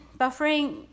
Buffering